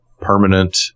permanent